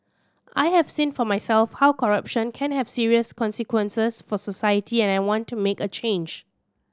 I have seen for myself how corruption can have serious consequences for society and I want to make a change